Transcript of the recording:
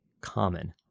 common